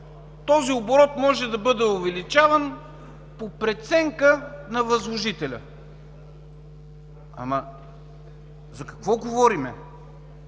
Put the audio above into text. този оборот може да бъде увеличаван по преценка на възложителя. За какво говорим?